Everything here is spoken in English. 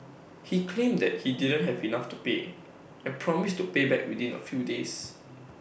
he claimed that he didn't have enough to pay and promised to pay back within A few days